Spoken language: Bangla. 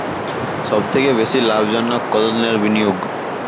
সবথেকে বেশি লাভজনক কতদিনের বিনিয়োগ?